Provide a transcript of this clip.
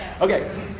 Okay